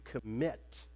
commit